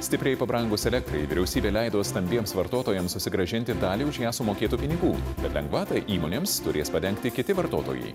stipriai pabrangus elektrai vyriausybė leido stambiems vartotojams susigrąžinti dalį už ją sumokėtų pinigų bet lengvatą įmonėms turės padengti kiti vartotojai